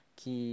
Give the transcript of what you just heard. que